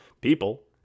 People